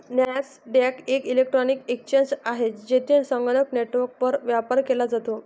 Nasdaq एक electronic exchange आहे, जेथे संगणक नेटवर्कवर व्यापार केला जातो